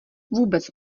vůbec